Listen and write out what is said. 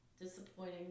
Disappointing